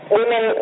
women